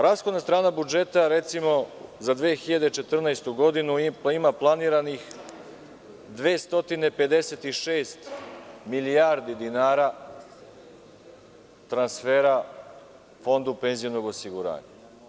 Rashodna strana budžeta, recimo za 2014. godinu, ima planiranih 256 milijardi dinara transfera Fondu penzionog osiguranja.